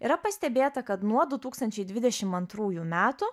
yra pastebėta kad nuo du tūkstančiai dvidešim antrųjų metų